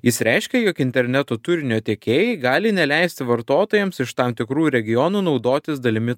jis reiškia jog interneto turinio tiekėjai gali neleisti vartotojams iš tam tikrų regionų naudotis dalimi